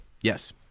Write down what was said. Yes